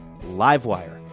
livewire